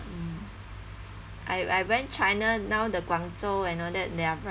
mm I I went china now the guangzhou and all that they're very